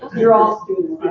you're all students.